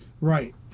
Right